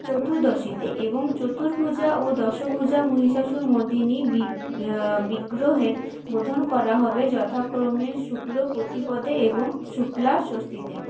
চতুর্দশীতে এবং চতুর্ভুজা ও দশভুজা মহিষাসুরমর্দিনী বিগ্রহের বোধন করা হবে যথাক্রমে শুক্ল প্রতিপদে এবং শুক্লা ষষ্ঠীতে